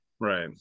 Right